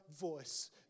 voice